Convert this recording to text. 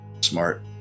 Smart